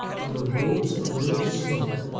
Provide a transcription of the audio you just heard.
there arose a lit tle smoke,